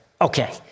okay